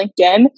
LinkedIn